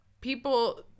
people